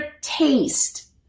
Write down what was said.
taste